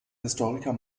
historiker